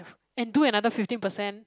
and do another fifteen percent